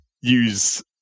use